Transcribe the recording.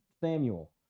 samuel